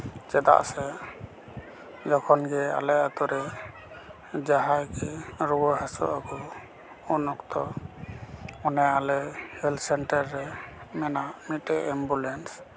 ᱪᱮᱫᱟᱜ ᱥᱮ ᱡᱚᱠᱷᱚᱱ ᱜᱮ ᱟᱞᱮ ᱟᱛᱳᱨᱮ ᱡᱟᱦᱟᱸᱭ ᱜᱮ ᱨᱩᱣᱟᱹ ᱦᱟᱹᱥᱩᱜ ᱟᱠᱚ ᱩᱱ ᱚᱠᱛᱚ ᱚᱱᱟ ᱞᱮ ᱦᱮᱞᱛᱷ ᱥᱮᱱᱴᱟᱨ ᱨᱮ ᱢᱮᱱᱟᱜ ᱢᱤᱫᱴᱮᱡ ᱮᱢᱵᱩᱞᱮᱱᱥ